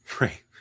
right